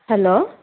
hello